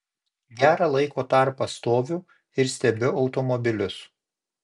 gerą laiko tarpą stoviu ir stebiu automobilius